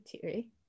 theory